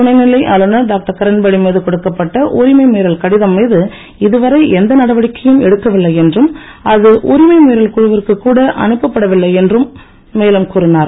துணைநிலை ஆளுநர் டாக்டர் கிரண்பேடி மீது கொடுக்கப்பட்ட உரிமை மீறல் கடிதம் மீது இதுவரை எந்த நடவடிக்கையும் எடுக்கவில்லை என்றும் அது உரிமை மீறல் குழுவிற்கு கூட அனுப்ப பட வில்லை என்று மேலும் கூறினார்